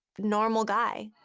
normal guy.